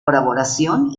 colaboración